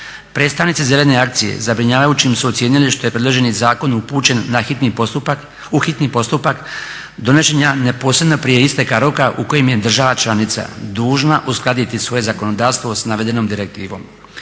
Predstavnici "Zelene akcije" zabrinjavajućim su ocijenili što je predloženi zakon upućen u hitni postupak donošenja neposredno prije isteka roka u kojim je država članica dužna uskladiti svoje zakonodavstvo sa navedenom direktivom.